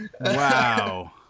Wow